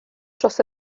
dros